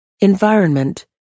environment